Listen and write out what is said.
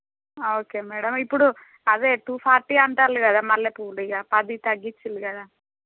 okay madam ఇప్పుడు అదే two forty అంటారు కదా మల్లెపూలు ఇక పది తగ్గించరు కదా